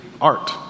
art